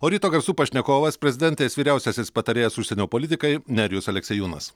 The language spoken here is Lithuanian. o ryto garsų pašnekovas prezidentės vyriausiasis patarėjas užsienio politikai nerijus aleksiejūnas